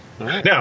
Now